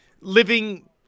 living